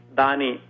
dani